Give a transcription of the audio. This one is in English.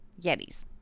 yetis